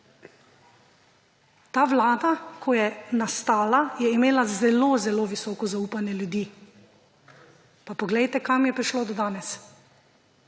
Ta vlada, ko je nastala, je imela zelo zelo visoko zaupanje ljudi, pa poglejte, do kam je prišlo danes.